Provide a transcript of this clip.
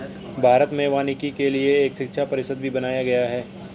भारत में वानिकी के लिए एक शिक्षा परिषद भी बनाया गया है